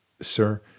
sir